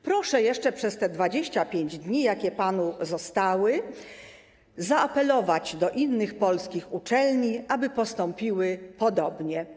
Proszę jeszcze przez te 25 dni, jakie panu zostały, zaapelować do innych polskich uczelni, aby postąpiły podobnie.